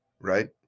right